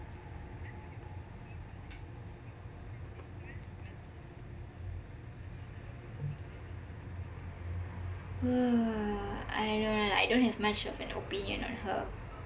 I don't know lah I don't much of an opinion on her